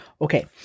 Okay